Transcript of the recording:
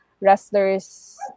wrestlers